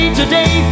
today